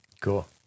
Cool